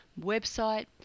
website